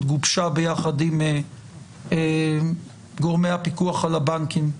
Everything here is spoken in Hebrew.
גובשה ביחד עם גורמי הפיקוח על הבנקים.